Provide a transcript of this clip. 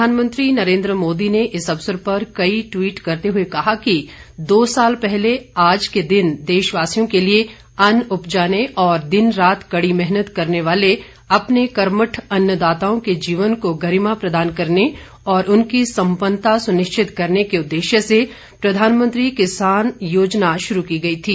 प्रधानमंत्री नरेंद्र मोदी ने इस अवसर पर कई ट्वीट करते हुए कहा कि दो साल पहले आज के दिन देशवासियों के लिए अन्न उपजाने और दिनरात कड़ी मेहनत करने वाले अपने कर्मठ अन्नदाताओं के जीवन को गरिमा प्रदान करने और उनकी संपन्नता सुनिश्चित करने के उद्देश्य से प्रधानमंत्री किसान योजना शुरू की गई थी